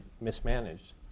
mismanaged